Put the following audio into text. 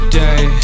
day